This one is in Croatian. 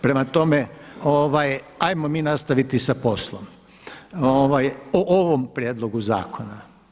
Prema tome, hajmo mi nastaviti sa poslom o ovom prijedlogu zakona.